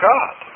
God